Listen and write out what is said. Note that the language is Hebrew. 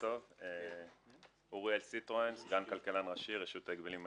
אני סגן כלכלן ראשי ברשות להגבלים עסקיים.